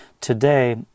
today